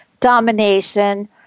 domination